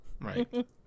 Right